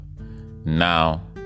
now